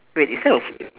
wait is that a